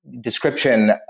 description